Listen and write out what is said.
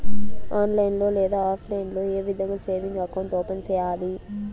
online లో లేదా offline లో ఏ విధంగా సేవింగ్ అకౌంట్ ఓపెన్ సేయాలి